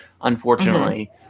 unfortunately